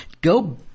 go